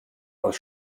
aus